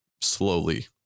slowly